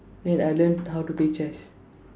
then I learned how to play chess